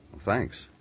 Thanks